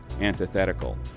antithetical